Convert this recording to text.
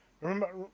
Remember